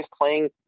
playing